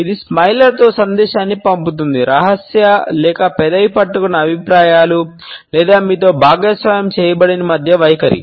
ఇది స్మైలర్తో సందేశాన్ని పంపుతుంది రహస్య లేదా పెదవి పట్టుకున్న అభిప్రాయాలు లేదా మీతో భాగస్వామ్యం చేయబడనీ మధ్య వైఖరి